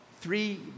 Three